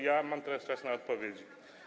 Ja mam teraz czas na odpowiedzi.